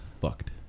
fucked